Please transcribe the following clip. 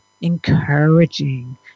encouraging